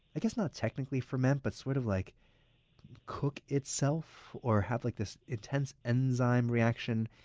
i guess not technically ferment, but sort of like cook itself or have like this intense enzyme reaction.